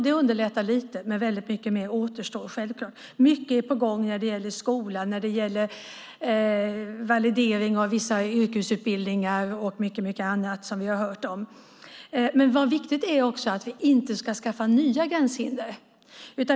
Det underlättar lite, men självklart återstår mycket. Mycket är på gång när det gäller skola, validering av vissa yrkesutbildningar och mycket annat. Vad som är viktigt är att vi inte ska skapa nya gränshinder.